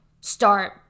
start